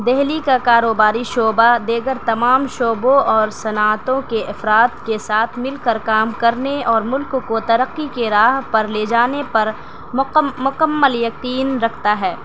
دہلی کا کاروباری شعبہ دیگر تمام شعبوں اور صنعتوں کے افراد کے ساتھ مل کر کام کرنے اور ملک کو ترقّی کے راہ پر لے جانے پر مکمل یقین رکھتا ہے